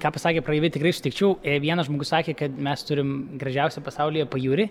ką pasakė praeiviai tikrai sutikčiau vienas žmogus sakė kad mes turim gražiausią pasaulyje pajūrį